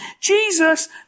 Jesus